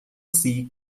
sie